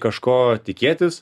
kažko tikėtis